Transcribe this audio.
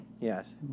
Yes